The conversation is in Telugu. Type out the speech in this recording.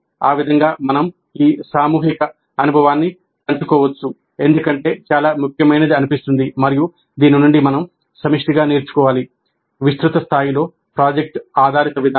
ఆ విధంగా మనం ఈ సామూహిక అనుభవాన్ని పంచుకోవచ్చు ఎందుకంటే చాలా ముఖ్యమైనది అనిపిస్తుంది మరియు దీని నుండి మనం సమిష్టిగా నేర్చుకోవాలి విస్తృత స్థాయిలో ప్రాజెక్ట్ ఆధారిత విధానం